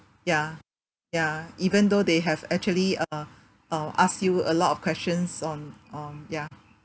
ya ya even though they have actually uh uh ask you a lot of questions on on ya